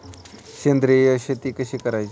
सेंद्रिय शेती कशी करायची?